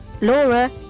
Laura